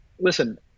listen